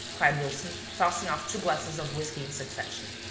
cried wilson, tossing off two glasses of whiskey in succession.